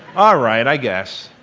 alright, i guess.